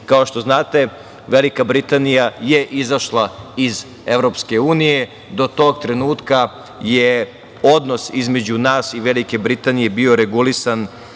što znate, Velika Britanija je izašla iz EU. Do tog trenutka je odnos između nas i Velike Britanije bio regulisan